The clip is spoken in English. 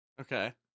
Okay